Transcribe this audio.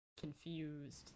confused